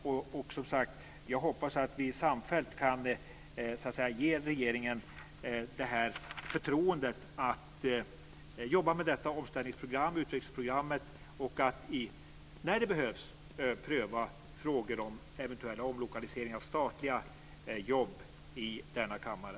Jag hoppas också som sagt att vi samfällt kan ge regeringen förtroendet att jobba med detta omställningsprogram, utvecklingsprogrammet, och när det behövs också pröva frågor om eventuell omlokalisering av statliga jobb i denna kammare.